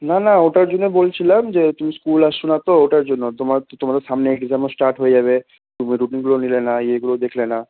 না না ওটার জন্য বলছিলাম যে তুমি স্কুল আসছ না তো ওটার জন্য তোমার তোমাদের সামনে এক্সামও স্টার্ট হয়ে যাবে তুমি রুটিনগুলোও নিলে না ইয়েগুলোও দেখলে না